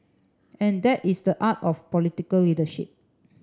and that is the art of political leadership